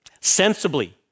sensibly